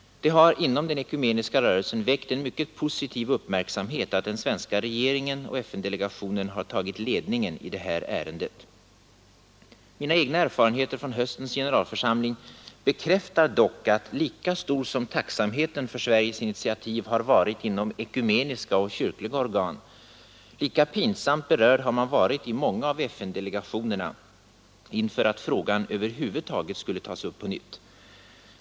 Det har inom den ekumeniska rörelsen väckt en mycket positiv uppmärksamhet att den svenska regeringen och FN delegationen har tagit ledningen i detta ärende. Mina egna erfarenheter från höstens generalförsamling bekräftar emellertid att lika stor som tacksamheten för Sveriges initiativ har varit inom ekumeniska och kyrkliga organ, lika pinsamt berörd har man varit i många av FN-delegationerna inför att frågan över huvud taget skulle tas upp på nytt.